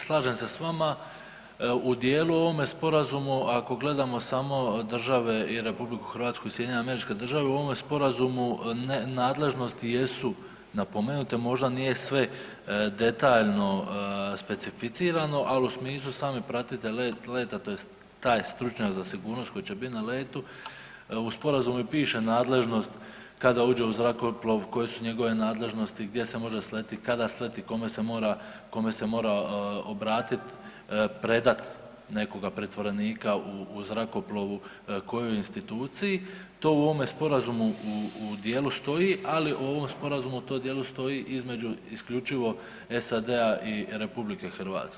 Slažem se s vama u dijelu ovoga sporazuma ako gledamo samo države i RH i SAD u ovome sporazumu nadležnosti jesu napomenute, možda nije sve detaljno specificirano, ali u smislu sami pratitelj leta tj. taj stručnjak za sigurnost koji će biti na letu u sporazumu i piše nadležnost kada uđe u zrakoplov koje su njegove nadležnosti, gdje se može sletit, kada sleti kome se mora obratit, predat nekoga pritvorenika u zrakoplovu kojoj instituciji, to u ovome sporazumu u dijelu stoji, ali u ovom sporazumu u tom dijelu stoji između isključivo SAD-a i RH.